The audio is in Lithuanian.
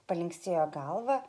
palinksėjo galva